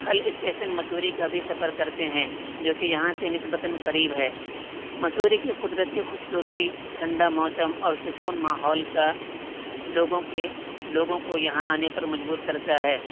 ہل اسٹیشن مسوری کا بھی سفر کرتے ہیں جو کہ یہاں سے نصبتاً قریب ہے مسوری کی قدرتی خوبصورتی ٹھنڈا موسم اور سکون ماحول کا لوگوں کے لوگوں کو یہاں آنے پر مجبور کرتا ہے